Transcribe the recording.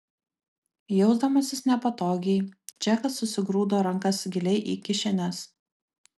jausdamasis nepatogiai džekas susigrūdo rankas giliai į kišenes